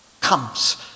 comes